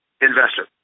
investor